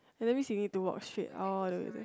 and that means you need to walk straight all the way there